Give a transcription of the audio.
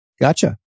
Gotcha